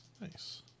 Nice